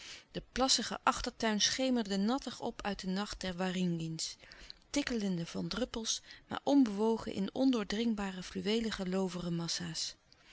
de plassige achtertuin schemerde nattig op uit den nacht der waringins tikkelende van druppels maar onbewogen in ondoordringbare fluweelige looverenmassa's